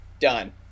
Done